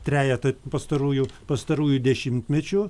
trejetą pastarųjų pastarųjų dešimmečių